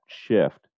shift